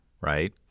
Right